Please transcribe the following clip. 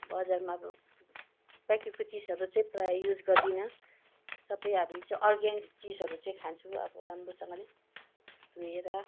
बजारमा अब प्याकेटको चिजहरू चाहिँ प्रायः युज गर्दिनँ सबै हामी चाहिँ अर्गान्स चिजहरू चाहिँ खान्छु अब राम्रोसँगले धोएर